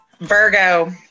Virgo